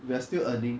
we are still earning